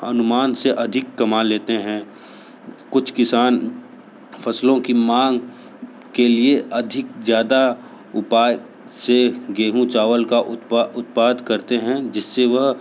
अनुमान से अधिक कमा लेते हैं कुछ किसान फ़सलों की माँग के लिए अधिक ज्यादा उपाय से गेहूँ चावल का उत्पाद करते हैं जिससे वह